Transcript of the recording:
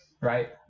right